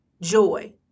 joy